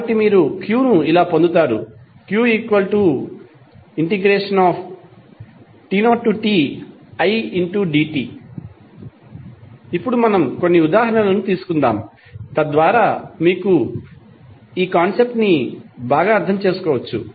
కాబట్టి మీరు Q ను ఇలా పొందుతారు Q≜t0tidt ఇప్పుడు మనం కొన్ని ఉదాహరణలను తీసుకుందాం తద్వారా మీరు ఈ కాన్సెప్ట్ ను బాగా అర్థం చేసుకోవచ్చు